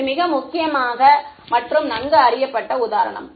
இது மிக முக்கியமான மற்றும் நன்கு அறியப்பட்ட உதாரணம்